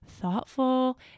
thoughtful